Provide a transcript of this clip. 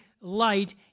light